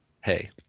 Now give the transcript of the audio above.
hey